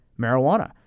marijuana